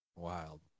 Wild